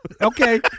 Okay